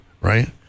right